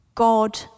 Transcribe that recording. God